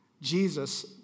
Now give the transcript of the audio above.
Jesus